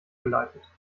geleitet